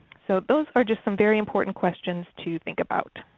so those are just some very important questions to think about.